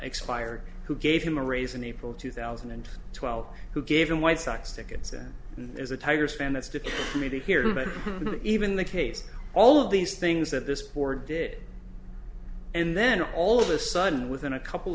expired who gave him a raise in april two thousand and twelve who gave him white sox tickets and is a tigers fan that's to me to hear that even the case all of these things that this board did and then all of a sudden within a couple